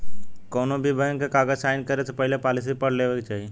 कौनोभी बैंक के कागज़ साइन करे से पहले पॉलिसी पढ़ लेवे के चाही